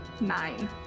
Nine